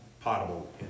potable